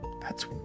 That's